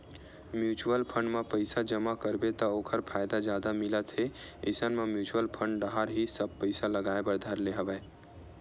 mutual fund म पइसा जमा करबे त ओखर फायदा जादा मिलत हे इसन म म्युचुअल फंड डाहर ही सब पइसा लगाय बर धर ले हवया